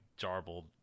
jarbled